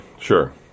sure